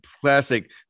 classic